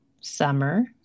Summer